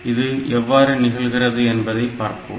இது எவ்வாறு நிகழ்கிறது என்பதை பார்ப்போம்